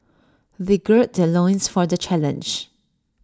they gird their loins for the challenge